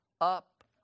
up